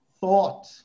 thought